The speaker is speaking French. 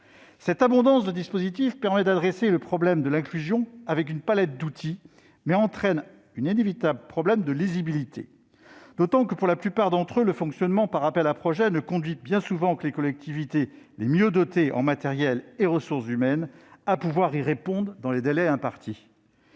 Cette abondance de dispositifs permet d'aborder le problème de l'inclusion avec une palette d'outils, mais entraîne un inévitable problème de lisibilité, d'autant que, pour la plupart d'entre eux, le fonctionnement par appels à projets ne conduit bien souvent que les collectivités les mieux dotées en matériel et ressources humaines à pouvoir y répondre dans les délais impartis.